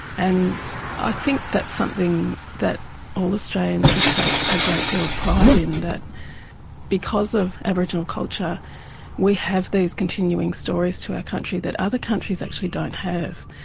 and i think that's something that all australians should take a great deal of pride in, that because of aboriginal culture we have these continuing stories to our country that other countries actually don't have.